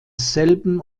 selben